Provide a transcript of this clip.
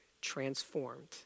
transformed